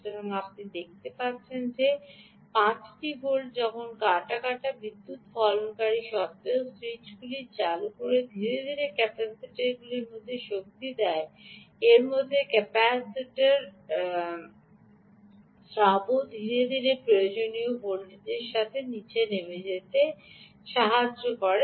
সুতরাং আপনি দেখতে পাচ্ছেন যে 5 টি ভোল্ট যখন কাটা কাটা বিদ্যুৎ ফলনকারী সত্ত্বেও স্যুইচগুলি চালু করে ধীরে ধীরে ক্যাপাসিটারের মধ্যে শক্তি দেয় এরই মধ্যে ক্যাপাসিটারের স্রাবও ধীরে ধীরে প্রয়োজনীয় ভোল্টেজের সাথে ধীরে ধীরে নীচে নেমে আসে